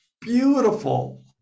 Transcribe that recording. beautiful